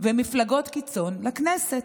ומפלגות קיצון לכנסת.